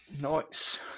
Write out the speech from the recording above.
nice